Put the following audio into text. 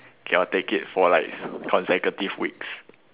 cannot take it for like consecutive weeks